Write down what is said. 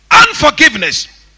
Unforgiveness